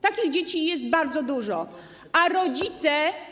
Takich dzieci jest bardzo dużo, a rodzice.